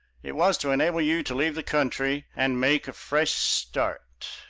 it was to enable you to leave the country and make a fresh start.